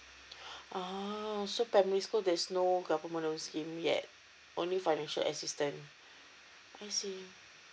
uh so primary school there's no government loan scheme yet only financial assistance I see